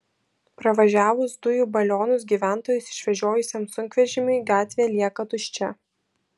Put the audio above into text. pravažiavus dujų balionus gyventojus išvežiojusiam sunkvežimiui gatvė lieka tuščia